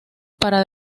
para